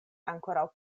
ankoraŭ